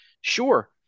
sure